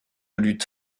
lutte